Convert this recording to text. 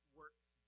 works